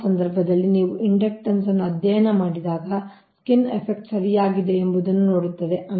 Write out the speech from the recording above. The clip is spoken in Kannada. ಆ ಸಮಯದಲ್ಲಿ ನೀವು ಇಂಡಕ್ಟನ್ಸ್ ಅನ್ನು ಅಧ್ಯಯನ ಮಾಡಿದಾಗ ಸ್ಕಿನ್ ಎಫೆಕ್ಟ್ ಸರಿಯಾಗಿದೆ ಎಂಬುದನ್ನು ನೋಡುತ್ತದೆ